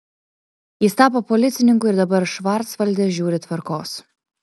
jis tapo policininku ir dabar švarcvalde žiūri tvarkos